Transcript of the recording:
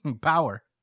Power